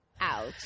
out